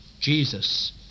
Jesus